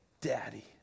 daddy